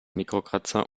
mikrokratzer